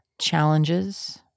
challenges